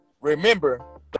remember